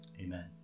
Amen